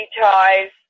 ties